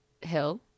hill